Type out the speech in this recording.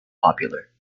popular